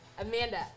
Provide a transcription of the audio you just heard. Amanda